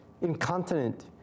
incontinent